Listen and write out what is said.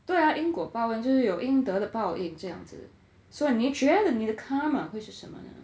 对 ah 因果报应就是有应得的报应这样子所以你觉得你的 karma 会是什么呢